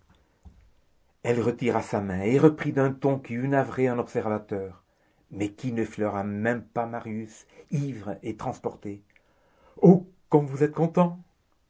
elle retira sa main et reprit d'un ton qui eût navré un observateur mais qui n'effleura même pas marius ivre et transporté oh comme vous êtes content